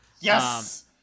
Yes